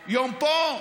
אלא יום פה,